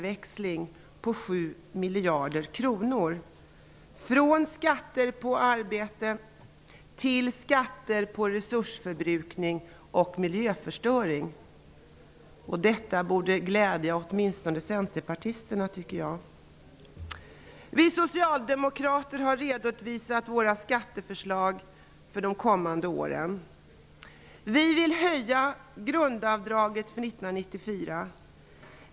miljarder kronor, från skatter på arbete till skatter på resursförbrukning och miljöförstöring. Detta borde glädja åtminstone centerpartisterna. Vi socialdemokrater har redovisat våra skatteförslag för de kommande åren. Vi vill höja grundavdraget för 1994.